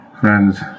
friends